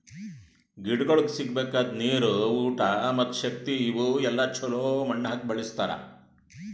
ಗಿಡಗೊಳಿಗ್ ಸಿಗಬೇಕಾದ ನೀರು, ಊಟ ಮತ್ತ ಶಕ್ತಿ ಇವು ಎಲ್ಲಾ ಛಲೋ ಮಣ್ಣು ಹಾಕಿ ಬೆಳಸ್ತಾರ್